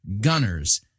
Gunners